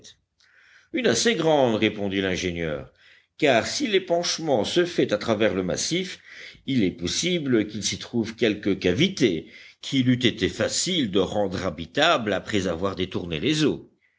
une assez grande répondit l'ingénieur car si l'épanchement se fait à travers le massif il est possible qu'il s'y trouve quelque cavité qu'il eût été facile de rendre habitable après avoir détourné les eaux